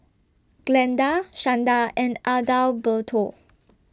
Glenda Shanda and Adalberto